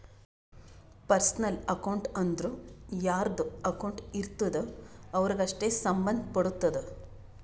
personal account ಅಂದುರ್ ಯಾರ್ದು account ಇರ್ತುದ್ ಅವ್ರಿಗೆ ಅಷ್ಟೇ ಸಂಭಂದ್ ಪಡ್ತುದ